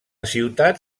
ciutat